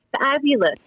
fabulous